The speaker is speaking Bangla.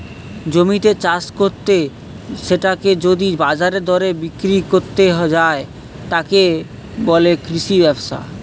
জমিতে চাষ কত্তে সেটাকে যদি বাজারের দরে বিক্রি কত্তে যায়, তাকে বলে কৃষি ব্যবসা